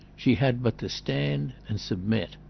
she had but to stand and submit.